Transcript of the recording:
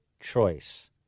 choice